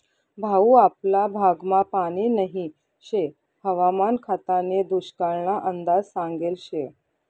भाऊ आपला भागमा पानी नही शे हवामान खातानी दुष्काळना अंदाज सांगेल शे